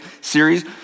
series